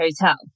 hotel